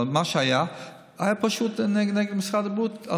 אבל מה שהיה היה פשוט נגד משרד הבריאות,